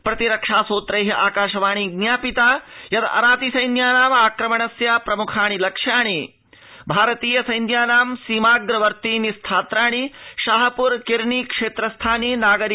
प्रतिरक्षा सूत्रै आकाशवाणी विज्ञापिता यद् अराति सैन्यानाम् आक्रमणस्य प्रमुखाणि लक्ष्याणि भारतीय सैन्याना सीमाप्र वर्तीनि स्थात्राणि शाहपुर किरनी क्षेत्रस्थानि नागरिक वृन्दानि च अवर्तन्त